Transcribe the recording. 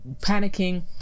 panicking